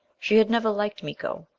she had never liked miko.